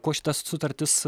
kuo šita sutartis